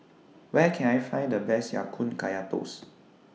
Where Can I Find The Best Ya Kun Kaya Toast